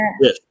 Yes